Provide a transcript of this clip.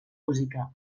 música